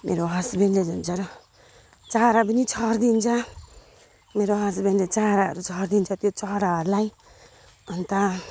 मेरो हस्बेन्डले झन् साह्रो चारो पनि छारिदिन्छ मेरो हस्बेन्डले चारोहरू छारिदिन्छ त्यो चराहरूलाई अन्त